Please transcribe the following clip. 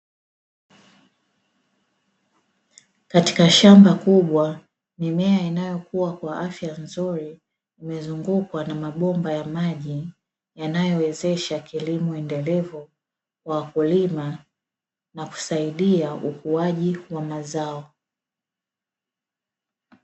Katika shamba kubwa, mimea inayokua kwa afya nzuri, imezungukwa na mabomba ya maji; yanayowezesha kilimo endelevu kwa wakulima na kusaidia ukuaji wa mazao.